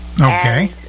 Okay